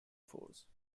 force